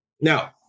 now